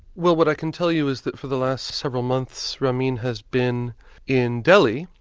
well, what i can tell you is that for the last several months ramin has been in delhi,